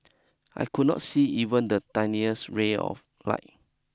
I could not see even the tiniest ray of light